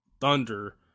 Thunder